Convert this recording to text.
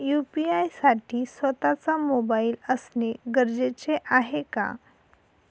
UPI साठी स्वत:चा mobile असणे गरजेचे आहे का?